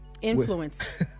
influence